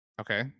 Okay